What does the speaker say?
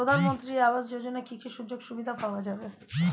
প্রধানমন্ত্রী আবাস যোজনা কি কি সুযোগ সুবিধা পাওয়া যাবে?